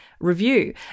review